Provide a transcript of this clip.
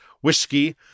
whiskey